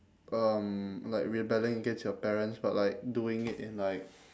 um like rebelling against your parents but like doing it in like